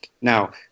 Now